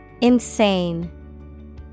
Insane